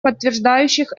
подтверждающих